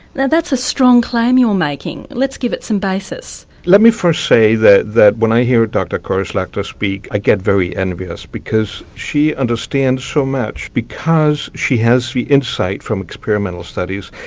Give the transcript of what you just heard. now that's a strong claim you're making let's give it some basis. let me first say that that when i hear dr cory-slechta speak i get very envious because she understands so much because she has the insight from experimental studies.